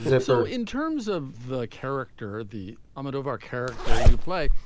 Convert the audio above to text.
so in terms of the character, the almodovar character you play,